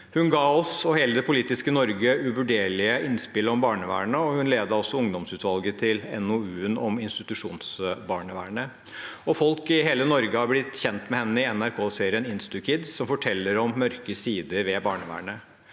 Hun ga oss og hele det politiske Norge uvurderlige innspill om barnevernet, og hun ledet også ungdomsutvalget til NOU-en om institusjonsbarnevernet. Folk i hele Norge har blitt kjent med henne i NRK-serien Instukids, som forteller om mørke sider ved barnevernet.